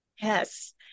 Yes